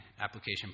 application